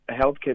healthcare